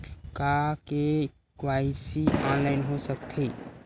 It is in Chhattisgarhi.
का के.वाई.सी ऑनलाइन हो सकथे?